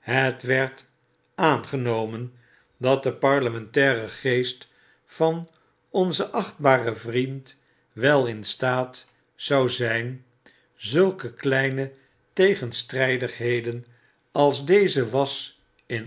het werd aangenomen dat de parlementaire geest van onzen achtbaren vriend wel in staat zou zynzulkekleinetegenstrpigheden als deze was in